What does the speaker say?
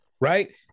right